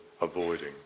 avoiding